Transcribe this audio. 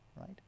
right